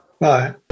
Bye